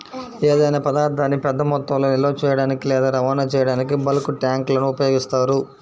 ఏదైనా పదార్థాన్ని పెద్ద మొత్తంలో నిల్వ చేయడానికి లేదా రవాణా చేయడానికి బల్క్ ట్యాంక్లను ఉపయోగిస్తారు